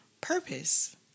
purpose